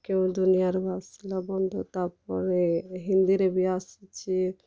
କେଉଁ ଦୁନିଆଁରୁ ଆସିଲ ବନ୍ଧୁ ତା'ପରେ ହିନ୍ଦୀରେ ବି ଆସିଛେ